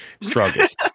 Strongest